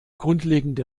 grundlegende